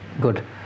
Good